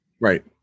Right